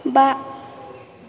बा